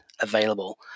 available